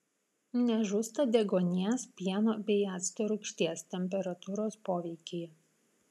nežūsta deguonies pieno bei acto rūgšties temperatūros poveikyje